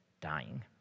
dying